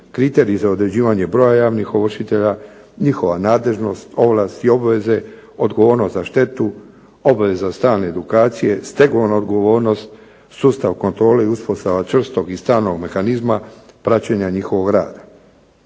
kriteriji za određivanje broja javnih ovršitelja, njihova nadležnost, ovlasti i obveze, odgovornosti za štetu, obveza stalne edukacije, stegovna odgovornost, sustav kontrole i uspostava čvrstog i stalnog mehanizma praćenja njihovog rada.